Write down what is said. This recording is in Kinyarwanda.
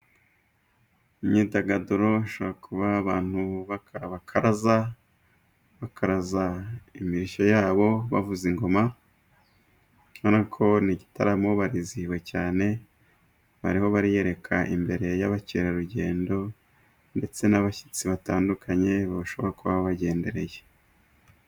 Imyidagaduro ishobora kuba abantu abakaraza , bakaraza imirishyo yabo bavuza ingoma kubera ko gitaramo bariziwe cyane ,bariho bariyereka imbere y'abakerarugendo ,ndetse n'abashyitsi batandukanye bashobora kuba babagendereye.